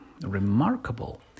remarkable